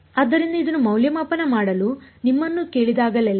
ಆದ್ದರಿಂದ ಇದನ್ನು ಮೌಲ್ಯಮಾಪನ ಮಾಡಲು ನಿಮ್ಮನ್ನು ಕೇಳಿದಾಗಲೆಲ್ಲಾ